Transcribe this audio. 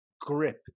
grip